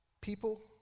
people